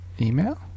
email